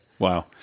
Wow